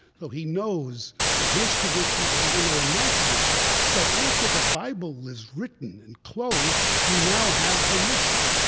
so he knows in his tradition as i know in my tradition that after the bible was written and closed, you now have the mishnah,